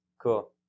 Cool